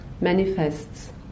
manifests